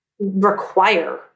require